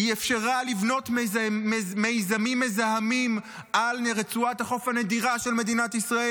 היא אפשרה לבנות מיזמים מזהמים על רצועת החוק הנדירה של מדינת ישראל.